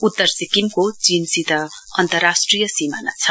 उतर सिक्किमको चीनसित अन्तरराष्ट्रिय सीमाना छ